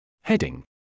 Heading